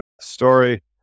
story